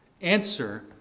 answer